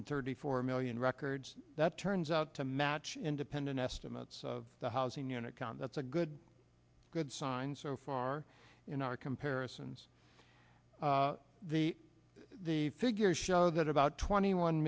thirty four million records that turns out to match independent estimates of the housing unit count that's a good good sign so far in our comparisons the the figures show that about twenty one